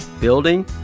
building